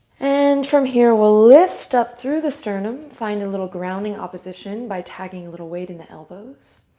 and from here, we'll lift up through the sternum. find a little grounding opposition by tagging a little weight in the elbows.